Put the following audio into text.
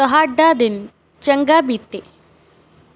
ਤੁਹਾਡਾ ਦਿਨ ਚੰਗਾ ਬੀਤੇ